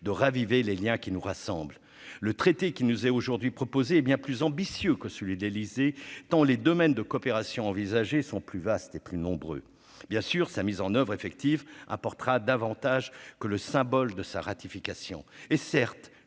de raviver les Liens qui nous rassemble le traité qui nous est aujourd'hui proposé bien plus ambitieux que celui de l'Élysée dans les domaines de coopération envisagée sont plus vaste et plus nombreux, bien sûr, sa mise en oeuvre effective apportera davantage que le symbole de sa ratification est certes